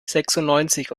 sechsundneunzig